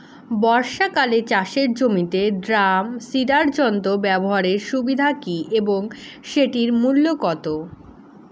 বর্ষাকালে চাষের জমিতে ড্রাম সিডার যন্ত্র ব্যবহারের সুবিধা কী এবং সেটির মূল্য কত?